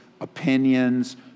opinions